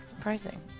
Pricing